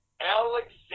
Alexander